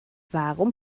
warum